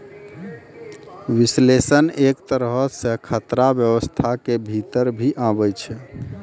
विश्लेषण एक तरहो से खतरा व्यवस्था के भीतर भी आबै छै